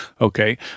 okay